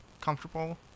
comfortable